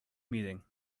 meeting